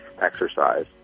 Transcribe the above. exercise